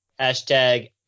Hashtag